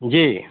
जी